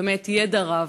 באמת, ידע רב.